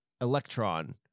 electron